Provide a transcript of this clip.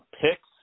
picks